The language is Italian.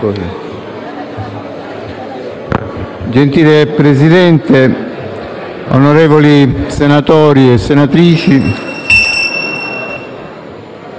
Gentile Presidente, onorevoli senatori e senatrici,